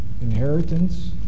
Inheritance